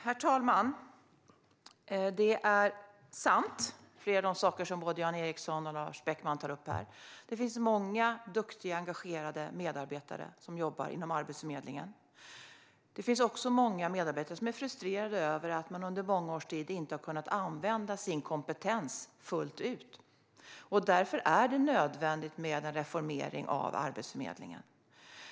Herr talman! Flera av de saker som Jan Ericson och Lars Beckman tar upp stämmer. Det finns många duktiga, engagerade medarbetare inom Arbetsförmedlingen. Det finns också många medarbetare som är frustrerade över att de under många års tid inte har kunnat använda sin kompetens fullt ut. Därför är det nödvändigt med en reformering av Arbetsförmedlingen.